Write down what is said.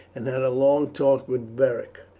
and had a long talk with beric.